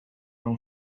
from